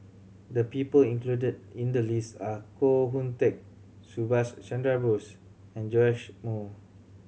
the people included in the list are Koh Hoon Teck Subhas Chandra Bose and Joash Moo